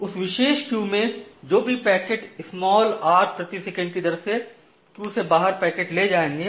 उस विशेष क्यू में जो भी पैकेट होंगे r पैकेट प्रति सेकंड की दर से क्यू से बाहर पैकेट ले जाएंगे